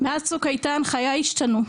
מאז "צוק איתן" חיי השתנו.